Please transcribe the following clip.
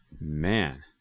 man